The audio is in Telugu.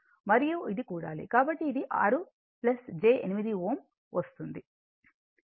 కాబట్టి current I V Z eg